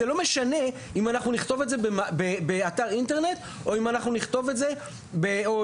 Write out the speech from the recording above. זה לא משנה אם אנחנו נכתוב את זה באתר